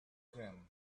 cream